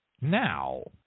Now